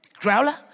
Growler